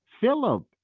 Philip